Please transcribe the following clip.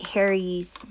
Harry's